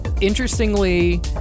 interestingly